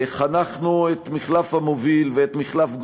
חנכנו את מחלף המוביל ואת מחלף גולני.